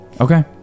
Okay